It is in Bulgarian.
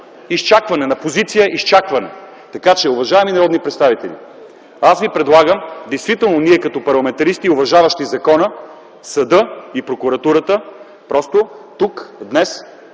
да стоим в позиция на изчакване. Така че, уважаеми народни представители, аз Ви предлагам действително ние като парламентаристи, уважаващи закона, съда и прокуратурата, просто тук днес